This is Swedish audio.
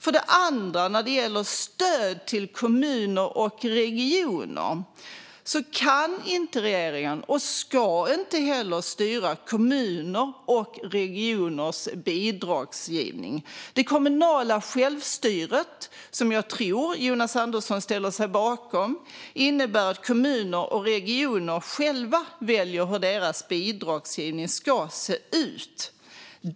För det andra, när det gäller stöd till kommuner och regioner kan och ska regeringen inte styra kommuners och regioners bidragsgivning. Det kommunala självstyret, som jag tror att Jonas Andersson ställer sig bakom, innebär att kommuner och regioner själva väljer hur deras bidragsgivning ska se ut.